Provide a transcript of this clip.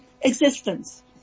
existence